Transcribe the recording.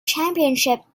championship